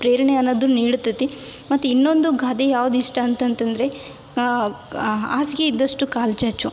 ಪ್ರೇರಣೆ ಅನ್ನೋದು ನೀಡ್ತೈತಿ ಮತ್ತು ಇನ್ನೊಂದು ಗಾದೆ ಯಾವ್ದು ಇಷ್ಟ ಅಂತಂತಂದರೆ ಹಾಸಿಗೆ ಇದ್ದಷ್ಟು ಕಾಲು ಚಾಚು